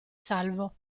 salvo